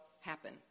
happen